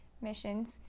missions